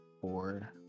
four